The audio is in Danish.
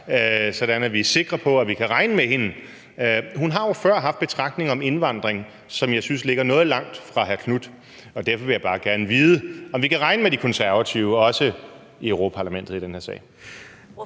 sådan at vi er sikre på, at vi kan regne med hende. Hun har jo før haft betragtninger om indvandring, som jeg synes ligger noget langt fra hr. Knuths, og derfor vil jeg bare gerne vide, om vi kan regne med De Konservative også i Europa-Parlamentet i den her sag.